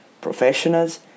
professionals